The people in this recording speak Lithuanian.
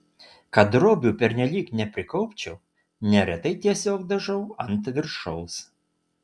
kad drobių pernelyg neprikaupčiau neretai tiesiog dažau ant viršaus